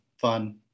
fun